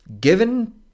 given